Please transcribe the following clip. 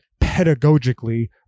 pedagogically